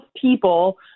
people